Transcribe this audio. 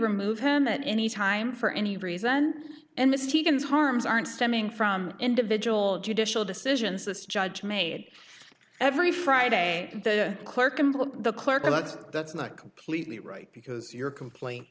remove him at any time for any reason and the stevens harms aren't stemming from individual judicial decisions this judge made every friday the clerk and the clerk let's that's not completely right because your complain